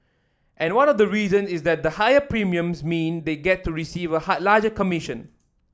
and one of the reason is that the higher premiums mean they get to receive a larger commission